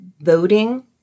voting